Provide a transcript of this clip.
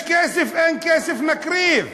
יש כסף, אין כסף, נקריב.